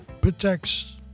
protects